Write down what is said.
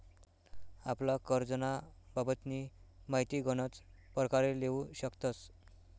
आपला करजंना बाबतनी माहिती गनच परकारे लेवू शकतस